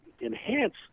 enhance